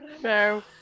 no